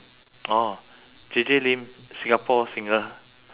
orh J J lin singapore singer